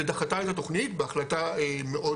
ודחתה את התוכנית בהחלטה מאוד